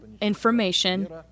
information